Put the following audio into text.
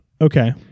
Okay